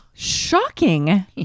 shocking